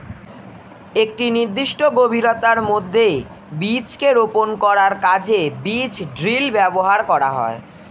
একটি নির্দিষ্ট গভীরতার মধ্যে বীজকে রোপন করার কাজে বীজ ড্রিল ব্যবহার করা হয়